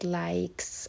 likes